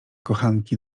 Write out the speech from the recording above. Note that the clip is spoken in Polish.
kochanki